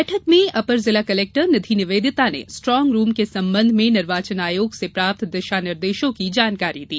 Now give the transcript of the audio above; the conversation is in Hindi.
बैठक में अपर जिला कलेक्टर निधि निवेदिता ने स्ट्रांग रूम के संबंध में निर्वाचन आयोग से प्राप्त दिशा निर्देशों की जानकारी दी